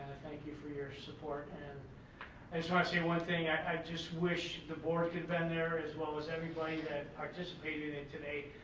thank you for your support and i just want to say one thing. i just wish the board could have been there as well as everybody that participated in it today.